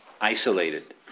isolated